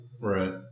Right